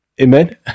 amen